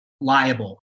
liable